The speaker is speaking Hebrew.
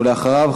ואחריו,